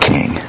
King